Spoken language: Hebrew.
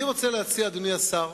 אני רוצה להציע, אדוני השר,